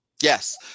Yes